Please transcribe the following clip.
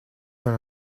dans